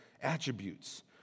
attributes